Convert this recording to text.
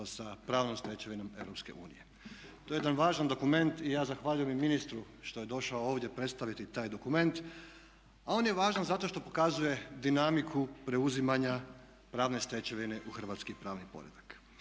sa pravnom stečevinom EU. To je jedan važan dokument i ja zahvaljujem i ministru što je došao ovdje predstaviti taj dokument, a on je važan zato što pokazuje dinamiku preuzimanja pravne stečevine u hrvatski pravni poredak.